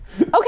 okay